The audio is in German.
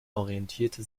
orientierte